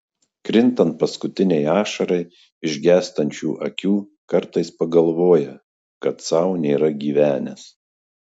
krintant paskutinei ašarai iš gęstančių akių kartais pagalvoja kad sau nėra gyvenęs